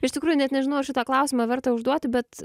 iš tikrųjų net nežinau ar šitą klausimą verta užduoti bet